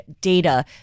data